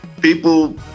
people